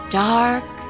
dark